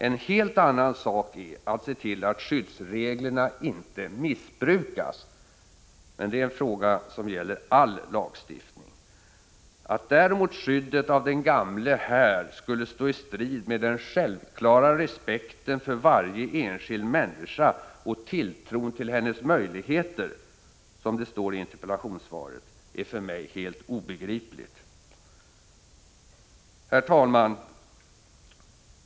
En helt annan sak är att se till att skyddsreglerna inte missbrukas. Men det är något som gäller all lagstiftning. Att däremot skyddet av den gamle här skulle stå i strid med den självklara ”respekten för varje enskild människa och tilltron till hennes möjligheter”, som det står i interpellationssvaret, är för mig helt obegripligt. Herr talman!